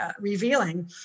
revealing